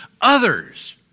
others